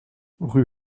rue